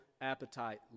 appetite